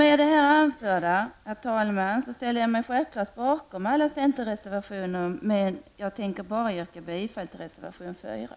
Med det anförda ställer jag mig självklart bakom alla centerreservationer, men jag yrkar endast bifall till reservation 4.